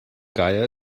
geier